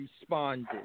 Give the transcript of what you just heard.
responded